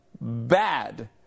bad